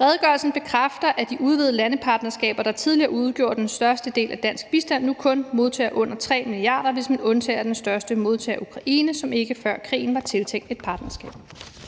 Redegørelsen bekræfter, at de udvidede landepartnerskaber, der tidligere udgjorde den største del af dansk bistand, nu kun modtager under 3 mia. kr., hvis vi undtager den største modtager, Ukraine, som ikke før krigen var tiltænkt et partnerskab.